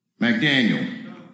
McDaniel